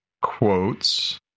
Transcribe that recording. quotes